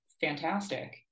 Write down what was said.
fantastic